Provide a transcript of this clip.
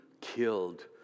killed